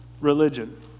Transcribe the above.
religion